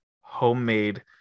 homemade